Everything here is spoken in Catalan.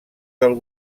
del